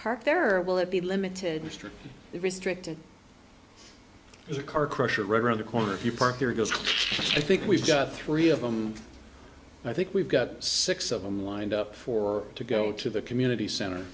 park there or will it be limited mr restricted is a car crusher right around the corner if you park here goes i think we've got three of them i think we've got six of them lined up for to go to the community center